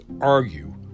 argue